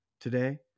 today